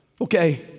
Okay